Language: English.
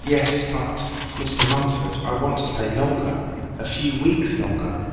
yes, but mr. mumford, i want to stay longer a few weeks longer.